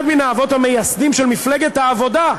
אחד מן האבות המייסדים של מפלגת העבודה,